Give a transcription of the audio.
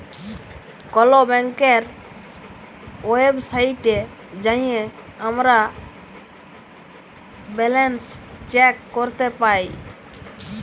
call ব্যাংকের ওয়েবসাইটে যাঁয়ে আমরা ব্যাল্যান্স চ্যাক ক্যরতে পায়